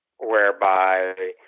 whereby